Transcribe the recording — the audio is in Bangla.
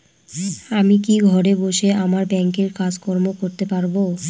আমি কি ঘরে বসে আমার ব্যাংকের কাজকর্ম করতে পারব?